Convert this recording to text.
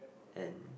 and